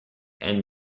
and